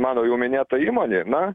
mano jau minėtai įmonei na